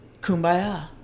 Kumbaya